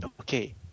okay